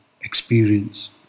Experience